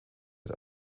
mit